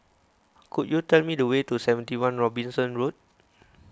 could you tell me the way to seventy one Robinson Road